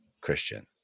Christian